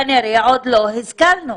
כנראה שעוד לא השכלנו.